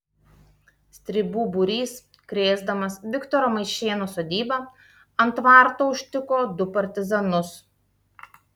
stribų būrys krėsdamas viktoro maišėno sodybą ant tvarto užtiko du partizanus